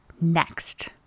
next